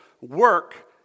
work